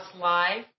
Live